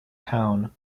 town